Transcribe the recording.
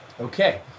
okay